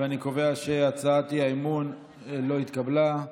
ואני קובע שהצעת האי-אמון לא התקבלה.